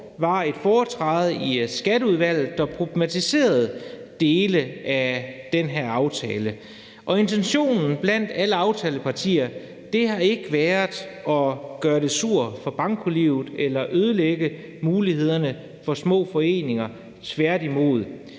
var et foretræde i Skatteudvalget, hvor man problematiserede dele af den her aftale. Intentionen blandt alle aftalepartierne har ikke været at gøre det surt for bankolivet eller at ødelægge mulighederne for små foreninger, tværtimod.